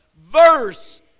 verse